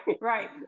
right